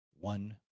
one